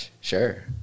sure